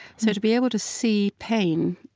so to be able to see pain,